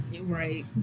Right